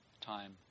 time